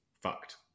fucked